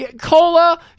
Cola